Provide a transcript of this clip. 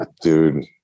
dude